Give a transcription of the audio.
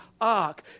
ark